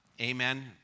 Amen